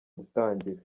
gutangira